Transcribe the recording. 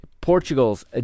Portugal's